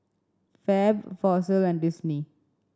Fab Fossil and Disney